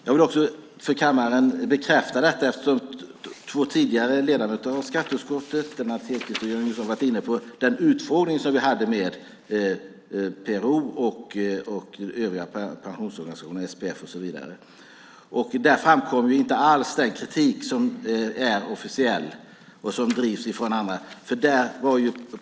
Jag vill också för kammaren bekräfta det som två ledamöter av skatteutskottet, Lennart Hedquist och Jörgen Johansson, tidigare var inne på, nämligen att det vid den utfrågning som vi hade med PRO och övriga pensionsorganisationer, SPF och så vidare, inte alls framkom den kritik som är officiell och som framförs från annat håll.